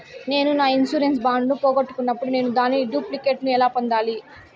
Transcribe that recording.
నేను నా insurance bond ను పోగొట్టుకున్నప్పుడు నేను దాని డూప్లికేట్ ను ఎలా పొందాలి?